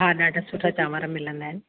हा ॾाढा सुठा चांवर मिलंदा आहिनि